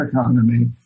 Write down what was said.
economy